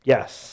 Yes